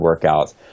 workouts